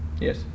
Yes